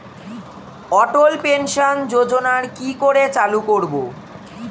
অটল pension যোজনার কি করে চালু করব?